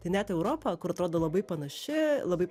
tai net europa kur atrodo labai panaši labai